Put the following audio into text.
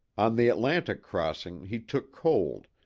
on the atlantic crossing he took cold,